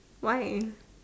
why